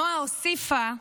נועה הוסיפה: